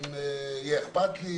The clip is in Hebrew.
יהיה אכפת לי,